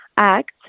act